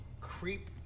creep